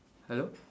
hello